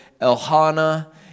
Elhana